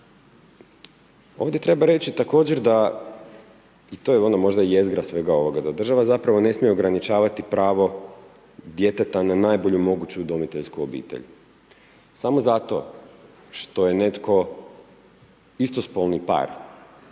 Ovdje treba reći također da i to je ono možda jezgra svega ovoga, da država zapravo ne smije ograničavati pravo djeteta na najbolju moguću udomiteljsku obitelj samo zato što je netko istospolni par